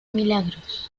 milagros